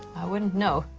i wouldn't know,